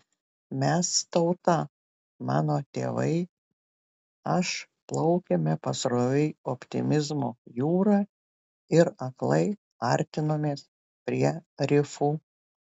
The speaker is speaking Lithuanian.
mes tauta mano tėvai aš plaukėme pasroviui optimizmo jūra ir aklai artinomės prie rifų